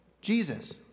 jesus